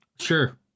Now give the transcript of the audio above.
Sure